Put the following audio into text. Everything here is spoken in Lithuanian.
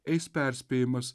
eis perspėjimas